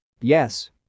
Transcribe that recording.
Yes